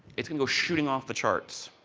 it can go shooting off the charts,